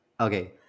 Okay